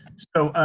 so,